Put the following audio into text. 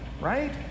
right